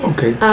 Okay